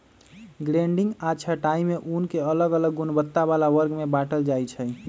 grading आऽ छँटाई में ऊन के अलग अलग गुणवत्ता बला वर्ग में बाटल जाइ छइ